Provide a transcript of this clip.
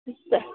ठीक तह